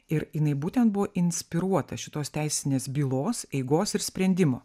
ir jinai būtent buvo inspiruota šitos teisinės bylos eigos ir sprendimo